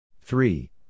Three